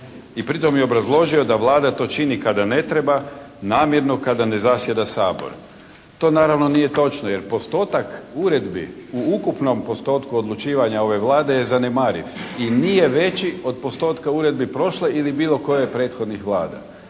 i, pri tom je obrazložio da Vlada to čini kada ne treba, namjerno kada ne zasjeda Sabor. To naravno nije točno, jer postotak uredbi u ukupnom postotku odlučivanja ove Vlade je zanemariv i nije veći od postotka uredbi prošle ili bilo koje od prethodnih Vlada.